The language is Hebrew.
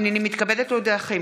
הינני מתכבדת להודיעכם,